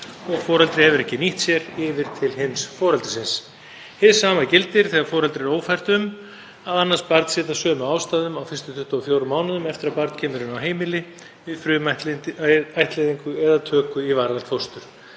og foreldri hefur ekki þegar nýtt sér yfir til hins foreldrisins. Hið sama gildir þegar foreldri er ófært um að annast barn sitt af sömu ástæðum á fyrstu 24 mánuðunum eftir að barn kemur inn á heimili við frumættleiðingu eða töku í varanlegt fóstur.